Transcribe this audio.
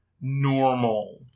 normal